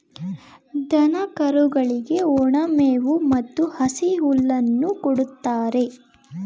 ದನ ಕರುಗಳಿಗೆ ಒಣ ಮೇವು ಮತ್ತು ಹಸಿ ಹುಲ್ಲನ್ನು ಕೊಡುತ್ತಾರೆ